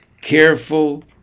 careful